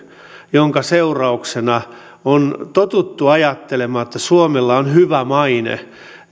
jonka seurauksena on totuttu ajattelemaan että suomella on hyvä maine